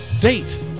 date